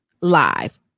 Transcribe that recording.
live